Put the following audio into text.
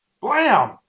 Blam